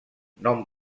nom